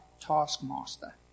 taskmaster